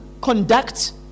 conduct